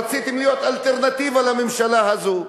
רציתם להיות אלטרנטיבה לממשלה הזאת,